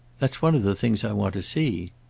that's one of the things i want to see.